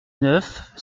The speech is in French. neuf